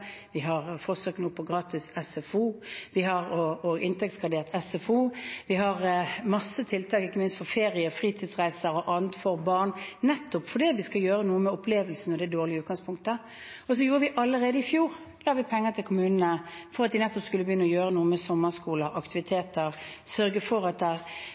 vi har nå forsøk på gratis SFO, vi har også inntektsgradert SFO, vi har en masse tiltak ikke minst når det gjelder ferie, fritidsreiser og annet for barn – nettopp fordi vi skal gjøre noe med opplevelsen og det dårlige utgangspunktet. Allerede i fjor la vi penger til kommunene for at de skulle begynne å gjøre noe med sommerskoler og aktiviteter og sørge for at det